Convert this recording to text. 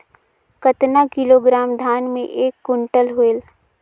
कतना किलोग्राम धान मे एक कुंटल होयल?